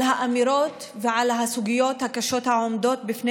על האמירות ועל הסוגיות הקשות העומדות בפני